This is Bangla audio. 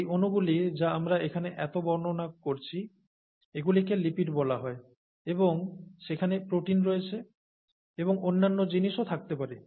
এই অণুগুলি যা আমরা এখানে এত বর্ণনা করছি এগুলিকে লিপিড বলা হয় এবং সেখানে প্রোটিন রয়েছে এবং অন্যান্য জিনিসও থাকতে পারে